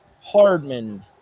Hardman